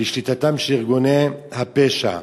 בשליטתם של ארגוני הפשע.